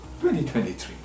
2023